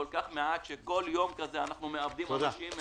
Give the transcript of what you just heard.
שכל יום כזה אנחנו מאבדים אנשים,